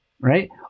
right